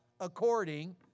according